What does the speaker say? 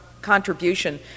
contribution